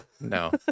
No